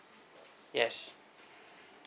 yes